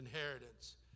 inheritance